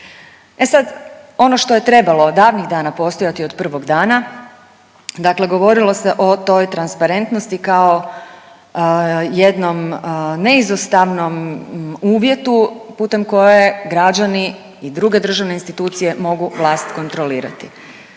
E sad ono što je trebalo davnih dana postojati od prvog dana, dakle govorilo se o toj transparentnosti kao jednom neizostavnom uvjetu putem koje građani i druge državne institucije mogu vlast kontrolirati.